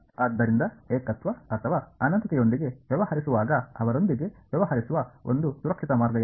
ಆದ್ದರಿಂದ ಏಕತ್ವ ಅಥವಾ ಅನಂತತೆಯೊಂದಿಗೆ ವ್ಯವಹರಿಸುವಾಗ ಅವರೊಂದಿಗೆ ವ್ಯವಹರಿಸುವ ಒಂದು ಸುರಕ್ಷಿತ ಮಾರ್ಗ ಯಾವುದು